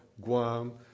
Guam